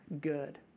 good